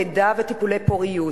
לידה וטיפולי פוריות,